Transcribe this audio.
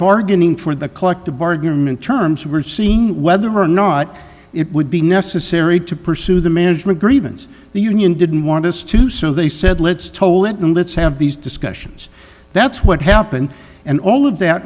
bargaining for the collective bargain in terms of we're seeing whether or not it would be necessary to pursue the management grievance the union didn't want us to do so they said let's toll it and let's have these discussions that's what happened and all of that